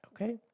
Okay